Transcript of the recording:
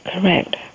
Correct